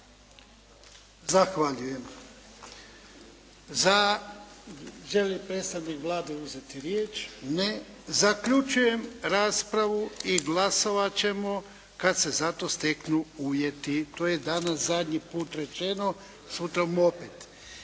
Zahvaljujem. Želi li predstavnik Vlade uzeti riječ? Ne. Zaključujem raspravu i glasovat ćemo kada se za to steknu uvjeti. To je danas zadnji put rečeno. Sutra bu opet.